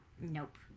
nope